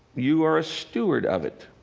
you are a steward of it.